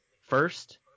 first